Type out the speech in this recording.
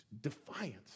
defiance